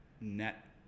net